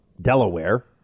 Delaware